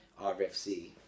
RFC